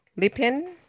Lipin